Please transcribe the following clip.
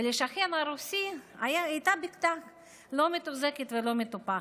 ולשכן הרוסי הייתה בקתה לא מתוחזקת ולא מטופחת.